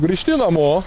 grįžti namo